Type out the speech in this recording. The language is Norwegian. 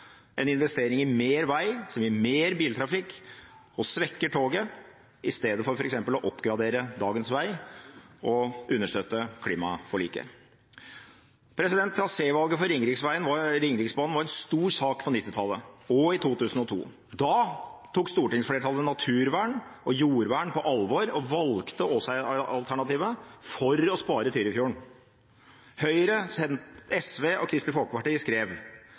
en investering i mer vei, som gir mer biltrafikk, og som svekker toget, istedenfor f.eks. å oppgradere dagens vei og understøtte klimaforliket. Trasévalget for Ringeriksbanen var en stor sak på 1990-tallet og i 2002. Da tok stortingsflertallet naturvern og jordvern på alvor og valgte Åsa-alternativet for å spare Tyrifjorden. Høyre, SV og Kristelig Folkeparti skrev